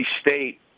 State